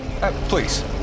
Please